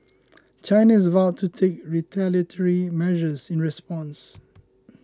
China has vowed to take retaliatory measures in response